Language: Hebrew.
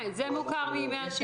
כן, זה מוכר מימי השגרה.